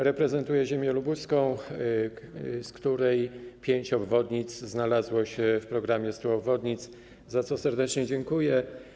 Reprezentuję ziemię lubuską, z której pięć obwodnic znalazło się w programie 100 obwodnic, za co serdecznie dziękuję.